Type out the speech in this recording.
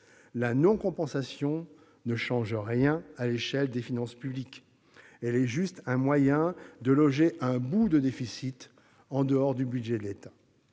La non-compensation ne change rien à l'échelle des finances publiques. Elle n'est qu'un moyen de loger un « bout de déficit » en dehors du budget de l'État.